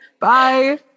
bye